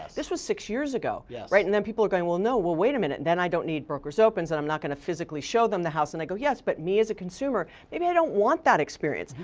this was six years ago. yeah right and then people are going, well no, well wait a minute. then i don't need broker's opens, and i'm not gonna physically show them the house. then and i go, yes, but me as a consumer, maybe i don't want that experience.